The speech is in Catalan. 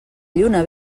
lluna